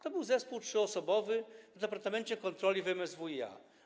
To był zespół trzyosobowy w departamencie kontroli w MSWiA.